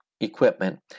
equipment